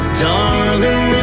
darling